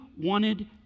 wanted